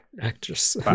actress